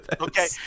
Okay